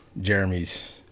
Jeremy's